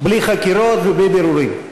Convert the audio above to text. בלי חקירות ובלי בירורים.